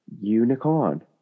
Unicorn